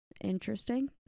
Interesting